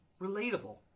relatable